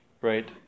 right